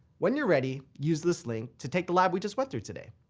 when you're ready, use this link to take the lab we just went through today.